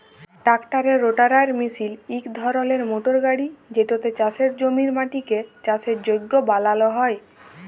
ট্রাক্টারের রোটাটার মিশিল ইক ধরলের মটর গাড়ি যেটতে চাষের জমির মাটিকে চাষের যগ্য বালাল হ্যয়